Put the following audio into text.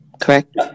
correct